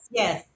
yes